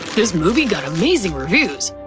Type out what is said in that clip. this movie got amazing reviews.